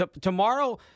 Tomorrow